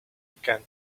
began